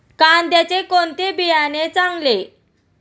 कांद्याचे कोणते बियाणे चांगले?